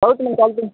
हो की मग चालते ना